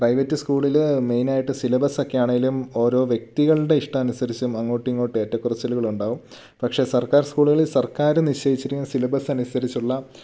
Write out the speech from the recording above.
private സ്കൂളിലെ മെയിനായിട്ട് സിലബസ്സൊക്കെ ആണെങ്കിലും ഓരോ വ്യക്തികളുടെ ഇഷ്ടം അനുസരിച്ച് അങ്ങോട്ടിങ്ങോട്ടും ഏറ്റക്കുറച്ചിലുകളുണ്ടാകും പക്ഷേ സർക്കാർ സ്കൂളിൽ സർക്കാർ നിശ്ചയിച്ചിരിക്കുന്ന സിലബസ് അനുസരിച്ചുള്ള